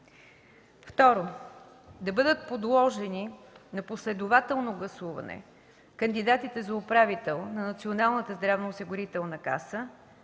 2. Да бъдат подложени на последователно гласуване кандидатите за управител на Националната здравноосигурителна каса